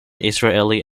israeli